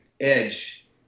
edge